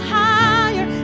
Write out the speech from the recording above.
higher